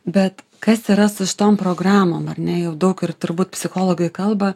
bet kas yra su šitom programom ar ne jau daug ir turbūt psichologai kalba